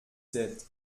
sept